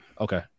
Okay